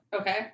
Okay